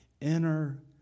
Inner